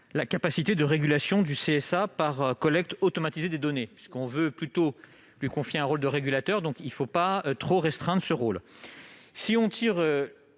la capacité de régulation du CSA par collecte automatisée des données. Dans la mesure où l'on veut lui confier un rôle de régulateur, il ne faut pas trop restreindre ce rôle. Si l'on tire